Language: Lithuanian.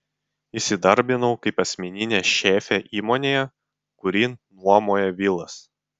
įsidarbinau kaip asmeninė šefė įmonėje kuri nuomoja vilas